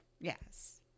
Yes